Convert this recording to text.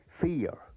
fear